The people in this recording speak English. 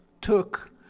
took